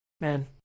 Man